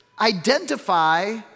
identify